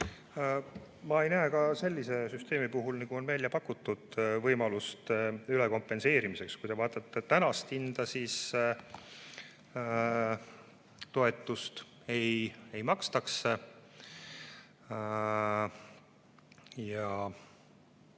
Ma ei näe ka sellise süsteemi puhul, nagu on välja pakutud, võimalust ülekompenseerimiseks. Kui te vaatate tänast hinda, siis toetust ei maksta. Ja